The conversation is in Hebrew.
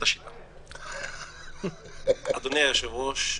אדוני היושב-ראש,